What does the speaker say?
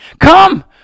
Come